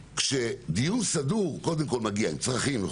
כשגיוס סדור קודם כל מגיע עם צרכים,